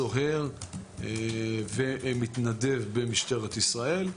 סוהר ומתנדב במשטרת ישראל.